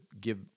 give